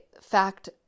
fact